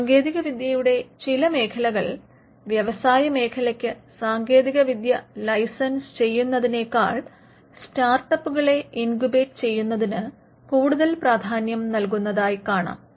സാങ്കേതികവിദ്യയുടെ ചില മേഖലകൾ വ്യവസായമേഖലയ്ക്ക് സാങ്കേതികവിദ്യ ലൈസൻസ് ചെയ്യുന്നതിനേക്കാൾ സ്റ്റാർട്ടപ്പുകളെ ഇൻക്യൂബേറ്റ് ചെയ്യുന്നതിന് കൂടുതൽ പ്രാധാന്യം നൽകുന്നതായി കാണാം